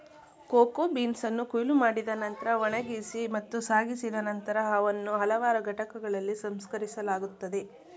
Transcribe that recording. cocoa ಬೀನ್ಸನ್ನು ಕೊಯ್ಲು ಮಾಡಿದ ನಂತ್ರ ಒಣಗಿಸಿ ಮತ್ತು ಸಾಗಿಸಿದ ನಂತರ ಅವನ್ನು ಹಲವಾರು ಘಟಕಗಳಲ್ಲಿ ಸಂಸ್ಕರಿಸಲಾಗುತ್ತದೆ